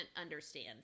understand